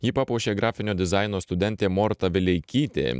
jį papuošė grafinio dizaino studentė morta vileikytė